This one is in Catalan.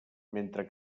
mentre